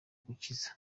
kwikiza